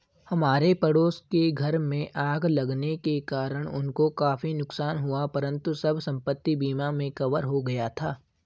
हमारे पड़ोस के घर में आग लगने के कारण उनको काफी नुकसान हुआ परंतु सब संपत्ति बीमा में कवर हो गया था